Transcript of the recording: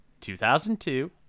2002